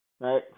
Right